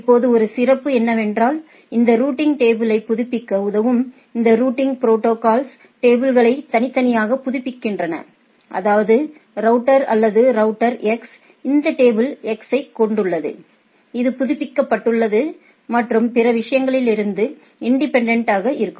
இப்போது ஒரு சிறப்பு என்னவென்றால் இந்த ரூட்டிங் டேபிளை புதுப்பிக்க உதவும் இந்த ரூட்டிங் ப்ரோடோகால்ஸ் டேபிள்களை தனித்தனியாக புதுப்பிக்கின்றன அதாவது ரவுட்டர் a அல்லது ரவுட்டர் x இந்த டேபிள் x ஐக் கொண்டுள்ளது இது புதுப்பிக்கபட்டுள்ளது மற்றும் பிற விஷயங்களிலிருந்து இன்டிபேன்டென்ட் ஆக உள்ளது